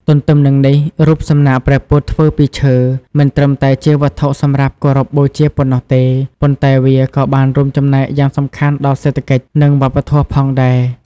ទន្ទឹមនឹងនេះ រូបសំណាកព្រះពុទ្ធធ្វើពីឈើ មិនត្រឹមតែជាវត្ថុសម្រាប់គោរពបូជាប៉ុណ្ណោះទេ ប៉ុន្តែវាក៏បានរួមចំណែកយ៉ាងសំខាន់ដល់សេដ្ឋកិច្ច និងវប្បធម៌ផងដែរ។